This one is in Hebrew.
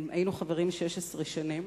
היינו חברים 16 שנים.